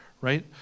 Right